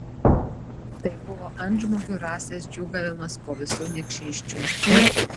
tai buvo antžmogių rasės džiūgavimas po visų niekšysčių